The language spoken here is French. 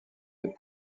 des